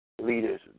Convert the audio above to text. leaders